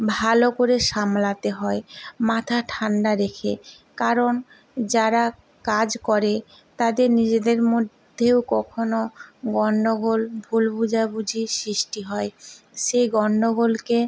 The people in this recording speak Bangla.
ভালো করে সামলাতে হয় মাথা ঠান্ডা রেখে কারণ যারা কাজ করে তাদের নিজেদের মধ্যেও কখনও গন্ডগোল ভুল বোঝাবুঝির সৃষ্টি হয় সেই গন্ডগোলকে